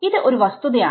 ഇത് ഒരു വസ്തുതയാണ്